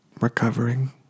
recovering